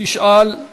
תשאל את